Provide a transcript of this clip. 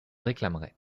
réclamerai